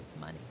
money